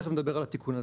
ותכף נדבר על התיקון הזה.